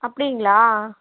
அப்படிங்களா